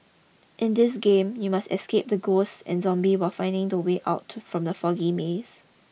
in this game you must escape the ghosts and zombies while finding the way out from the foggy maze